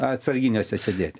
atsarginiuose sėdėti